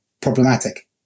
problematic